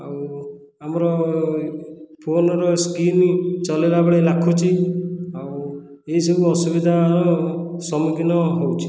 ଆଉ ଆମର ଫୋନର ସ୍କ୍ରିନ ଚଲାଇଲା ବେଳେ ଲାଖୁଛି ଆଉ ଏହିସବୁ ଅସୁବିଧାର ସମ୍ମୁଖୀନ ହେଉଛି